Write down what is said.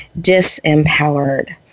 disempowered